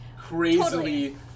crazily